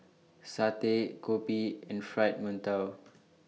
Satay Kopi and Fried mantou